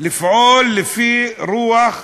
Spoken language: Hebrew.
לפעול לפי רוח הציבור.